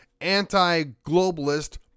anti-globalist